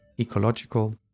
ecological